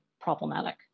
problematic